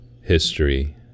history